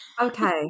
Okay